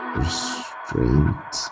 restraint